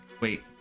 wait